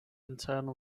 internal